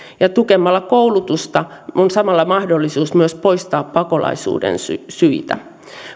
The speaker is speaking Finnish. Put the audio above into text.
tukemalla koulutusta on samalla mahdollisuus myös poistaa pakolaisuuden syitä syitä